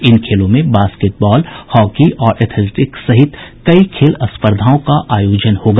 इन खेलों में बास्केटबॉल कबड्डी और एथलेटिक्स समेत कई खेल स्पर्धाओं का आयोजन होगा